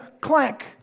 clank